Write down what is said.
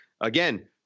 again